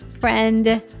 friend